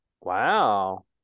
Wow